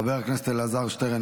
חבר הכנסת אלעזר שטרן,